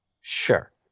Sure